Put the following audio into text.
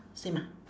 same ah